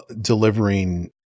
delivering